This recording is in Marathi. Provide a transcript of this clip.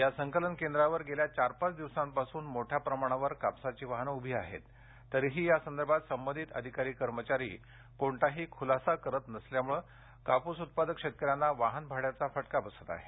या संकलन केंद्रावर गेल्या चार पाच दिवसांपासून मोठ्या प्रमाणावर कापसाची वाहने उभी आहेत तरीही या संदर्भात संबंधित अधिकारी कर्मचारी कोणताही खुलासा करत नसल्यामुळे कापूस उत्पादक शेतकऱ्यांना वाहन भाड्याचा फटका बसत आहे